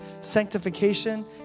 Sanctification